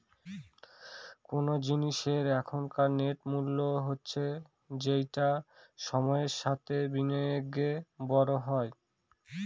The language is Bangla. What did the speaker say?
কোন জিনিসের এখনকার নেট মূল্য হচ্ছে যেটা সময়ের সাথে ও বিনিয়োগে বড়ো হয়